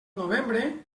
novembre